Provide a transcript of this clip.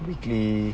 weekly